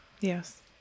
Yes